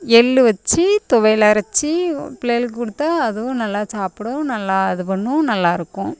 எள் வெச்சு துவையல் அரைச்சி பிள்ளைகளுக்கு கொடுத்தா அதுவும் நல்லா சாப்பிடும் நல்லா இது பண்ணும் நல்லா இருக்கும்